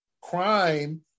crime